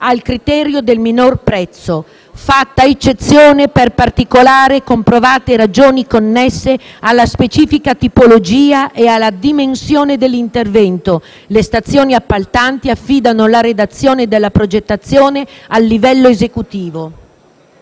al criterio del minor prezzo. Fatta eccezione per particolari e comprovate ragioni connesse alla specifica tipologia e alla dimensione dell'intervento, le stazioni appaltanti affidano la redazione della progettazione al livello esecutivo.